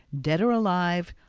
dead or alive,